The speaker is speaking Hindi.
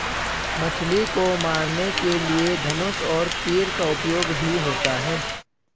मछली को मारने के लिए धनुष और तीर का उपयोग भी होता है